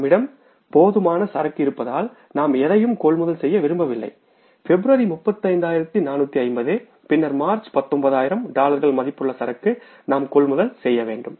நம்மிடம் போதுமான சரக்கு இருப்பதால் நாம் எதையும் கொள்முதல் செய்ய விரும்பவில்லைபிப்ரவரி 35450 பின்னர் மார்ச் 19000 டாலர்கள் மதிப்புள்ள சரக்கு நாம் கொள்முதல் செய்யவேண்டும்